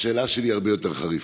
השאלה שלי הרבה יותר חריפה.